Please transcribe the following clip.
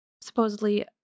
supposedly